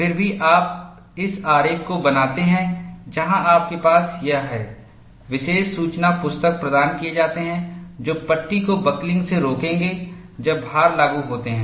फिर भी आप इस आरेख को बनाते हैं जहां आपके पास यह है विशेष सूचना पुस्तक प्रदान किए जाते हैं जो पट्टी को बकलिंग से रोकेंगे जब भार लागू होते हैं